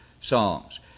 songs